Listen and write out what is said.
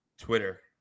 Twitter